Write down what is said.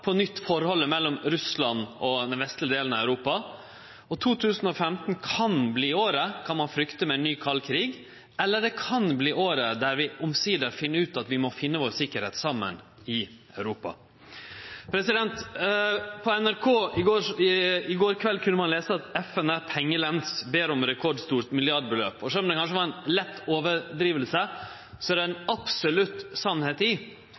på nytt endra forholdet mellom Russland og den vestlege delen av Europa, og ein kan frykte at 2015 kan verte året med ein ny kald krig, eller det kan verte det året vi omsider finn ut at vi må finne sikkerheita vår saman i Europa. På nrk.no i går kveld kunne ein lese at «FN er pengelens – ber om rekordstort milliardbeløp». Sjølv om det kanskje var ei lett overdriving, så er det absolutt ei sanning i